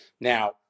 Now